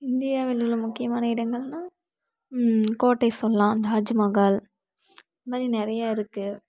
இந்தியாவில் உள்ள முக்கியமான இடங்கள்னா கோட்டை சொல்லாம் தாஜ்மகால் இந்த மாதிரி நிறையா இருக்குது